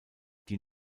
die